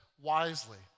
wisely